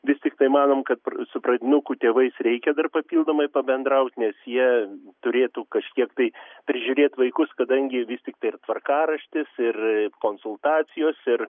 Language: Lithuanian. vis tiktai manom kad pr su pradinukų tėvais reikia dar papildomai pabendraut nes jie turėtų kažkiek tai prižiūrėt vaikus kadangi vis tiktai ir tvarkaraštis ir konsultacijos ir